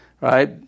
right